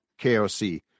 KOC